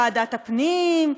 ועדת הפנים,